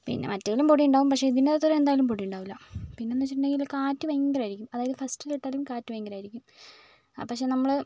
പിന്നെ മറ്റേതിലും പൊടി ഉണ്ടാവും പക്ഷേ ഇതിന്റടുത്തോളം എന്തായാലും പൊടി ഉണ്ടാവില്ല പിന്നെ എന്ന് വെച്ചിട്ടുണ്ടെങ്കില് കാറ്റ് ഭയങ്കരമായിരിക്കും അതായത് ഫസ്റ്റിൽ ഇട്ടാലും കാറ്റ് ഭയങ്കരമായിരിക്കും ആ പക്ഷേ നമ്മൾ